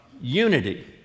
unity